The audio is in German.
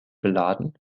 beladen